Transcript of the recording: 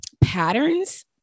patterns